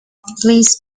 please